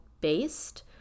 based